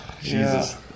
jesus